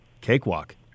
cakewalk